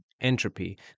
entropy